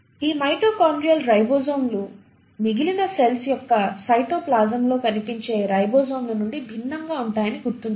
ఈ మైటోకాన్డ్రియల్ రైబోజోములు మిగిలిన సెల్స్ యొక్క సైటోప్లాజంలో కనిపించే రైబోజోమ్ల నుండి భిన్నంగా ఉంటాయని గుర్తుంచుకోండి